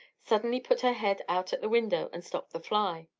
suddenly put her head out at the window and stopped the fly.